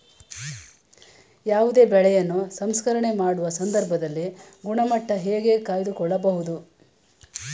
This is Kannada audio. ಯಾವುದೇ ಬೆಳೆಯನ್ನು ಸಂಸ್ಕರಣೆ ಮಾಡುವ ಸಂದರ್ಭದಲ್ಲಿ ಗುಣಮಟ್ಟ ಹೇಗೆ ಕಾಯ್ದು ಕೊಳ್ಳಬಹುದು?